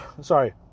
sorry